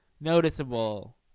noticeable